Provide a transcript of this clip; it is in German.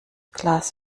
glas